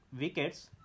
wickets